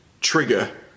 Trigger